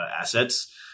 assets